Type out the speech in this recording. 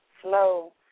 Slow